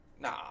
nah